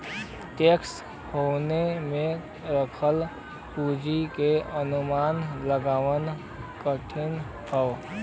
tax haven में रखल पूंजी क अनुमान लगाना कठिन हौ